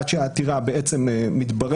עד שהעתירה מתבררת,